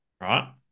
right